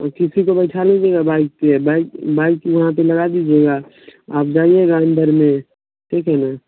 उसी से तो बैठा ही दीजिएगा बाइक पर बाइक वहाँ पर लगा दीजिएगा आप जाइएगा अंदर में ठीक है ना